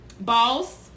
boss